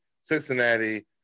Cincinnati